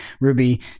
Ruby